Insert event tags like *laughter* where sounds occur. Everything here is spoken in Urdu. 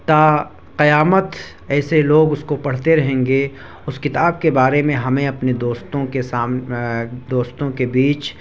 تا قیامت ایسے لوگ اس کو پڑھتے رہیں گے اس کتاب کے بارے میں ہمیں اپنے دوستوں کے *unintelligible* دوستوں کے بیچ